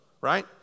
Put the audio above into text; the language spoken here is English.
Right